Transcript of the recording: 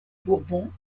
bourbon